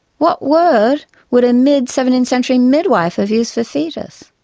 what word would a mid seventeenth century midwife have used for fetus?